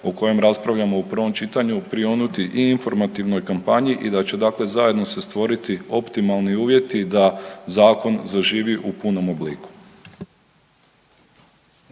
o kojem raspravljamo u prvom čitanju prionuti i informativnoj kampanji i da će dakle zajedno se stvoriti optimalni uvjeti da zakon zaživi u punom obliku.